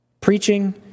Preaching